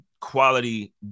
quality